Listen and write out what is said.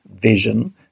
vision